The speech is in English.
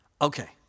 Okay